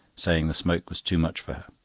saying the smoke was too much for her.